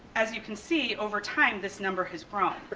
as you can see, over time this number has grown.